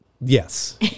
Yes